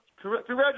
Congratulations